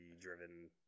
driven